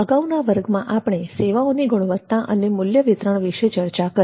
અગાઉના વર્ગમાં આપણે સેવાઓની ગુણવત્તા અને મૂલ્ય વિતરણ વિશે ચર્ચા કરી